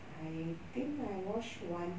I think I watch one